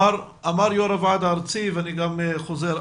אמר יו"ר הוועד הארצי ואני חוזר,